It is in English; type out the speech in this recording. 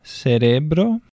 Cerebro